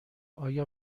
آیا